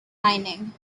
mining